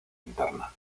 interna